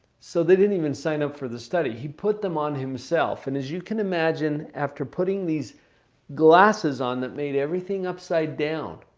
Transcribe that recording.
so, they didn't even sign up for the study. he put them on himself. and as you can imagine after putting these glasses on that made everything upside down,